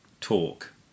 talk